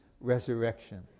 Resurrection